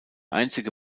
einzige